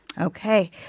Okay